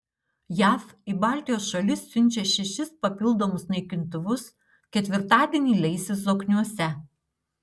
jav į baltijos šalis siunčia šešis papildomus naikintuvus ketvirtadienį leisis zokniuose